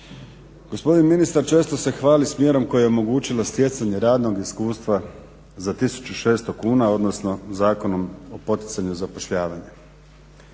Gospodin ministar često se hvali s mjerom koja je omogućila stjecanje radnog iskustva za 1600 kuna, odnosno Zakonom o poticanju zapošljavanja.